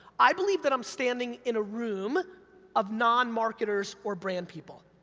i believe that i'm standing in a room of non-marketers or brand people.